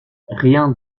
rien